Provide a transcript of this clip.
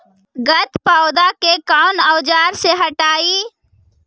गत्पोदा के कौन औजार से हटायी?